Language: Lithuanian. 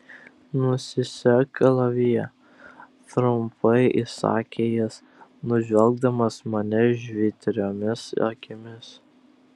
nusisek kalaviją trumpai įsakė jis nužvelgdamas mane žvitriomis akimis